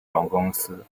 公司